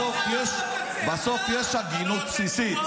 בסוף יש הגינות בסיסית.